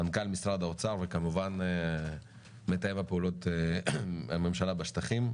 מנכ"ל משרד האוצר וכמובן מתאם פעולות הממשלה בשטחים.